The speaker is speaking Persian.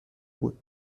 بود